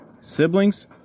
siblings